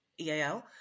EAL